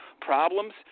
problems